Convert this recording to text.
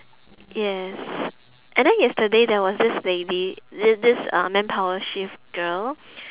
yes and then yesterday there was this lady this this uh manpower shift girl